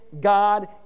God